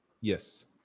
Yes